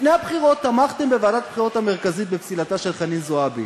לפני הבחירות תמכתם בוועדת הבחירות המרכזית בפסילתה של חנין זועבי.